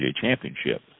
championship